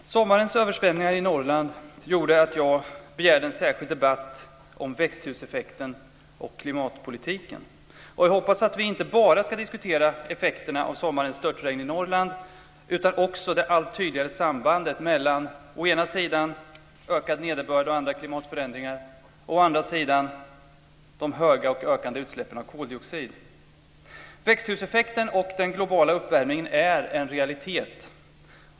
Fru talman! Sommarens översvämningar i Norrland gjorde att jag begärde en särskild debatt om växthuseffekten och klimatpolitiken. Jag hoppas att vi inte bara ska diskutera effekterna av sommarens störtregn i Norrland utan också det allt tydligare sambandet mellan å ena sidan ökad nederbörd och andra klimatförändringar och å andra sidan de höga och ökande utsläppen av koldioxid. Växthuseffekten och den globala uppvärmningen är en realitet.